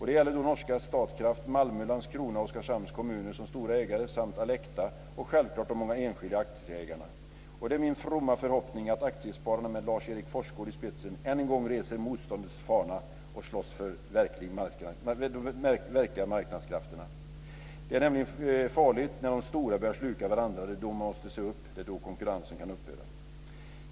Det gäller norska Statkraft, Malmö, Landskrona och Oskarshamns kommuner som stora ägare samt Alecta och självfallet de många enskilda aktieägarna. Det är min fromma förhoppning att Aktiespararna med Lars-Erik Forsgårdh i spetsen än en gång reser motståndets fana och slåss för de verkliga marknadskrafterna. Det är nämligen farligt när de stora börjar sluka varandra. Det är då man måste se upp. Det är då konkurrensen kan upphöra.